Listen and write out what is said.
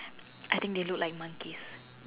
I think they look like monkeys